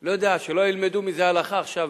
שלא ילמדו מזה הלכה עכשיו,